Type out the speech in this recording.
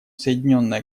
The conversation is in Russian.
соединенное